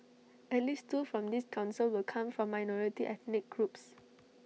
at least two from this Council will come from minority ethnic groups